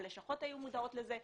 הלשכות היו מודעות לזה,